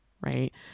right